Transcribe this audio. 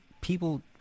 people